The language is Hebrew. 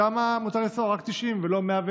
שם מותר לנסוע רק 90 ולא 100,